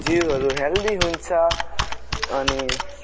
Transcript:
जिउहरू हेल्दी हुन्छ अनि